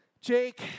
Jake